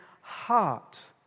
heart